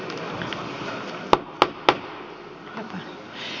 asia